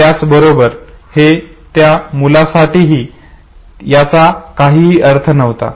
याचबरोबर हे त्या मुलासाठीही याचा काहीही अर्थ नव्हता